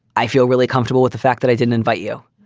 i feel really comfortable with the fact that i didn't invite you.